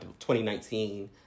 2019